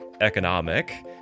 economic